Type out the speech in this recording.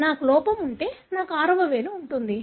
నాకు లోపం ఉంటే నాకు ఆరవ వేలు ఉంటుంది